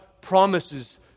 promises